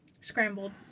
Scrambled